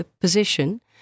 position